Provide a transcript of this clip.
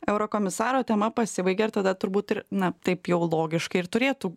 eurokomisaro tema pasibaigė ir tada turbūt ir na taip jau logiškai ir turėtų